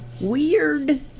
weird